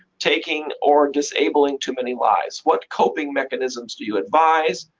taking or disabling too many lives. what coping mechanism do you advise?